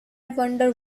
wonder